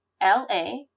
l-a